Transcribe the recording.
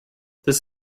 this